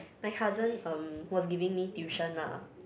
my cousin um was giving me tuition lah